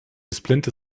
splinter